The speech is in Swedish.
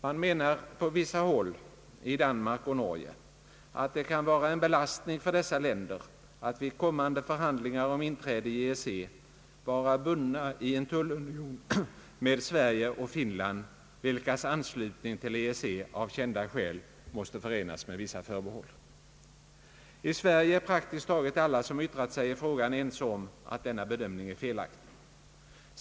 Man menar på vissa håll i Danmark och Norge, att det kan vara en belastning för dessa länder att vid kommande förhandlingar om inträde i EEC vara bundna i en tullunion med Sverige och Finland, vilkas anslutning till EEC av kända skäl måste förenas med vissa förbehåll. I Sverige är praktiskt taget alla som yttrar sig i frågan eniga om att denna bedömning är felaktig.